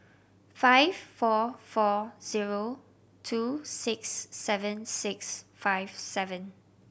five four four zero two six seven six five seven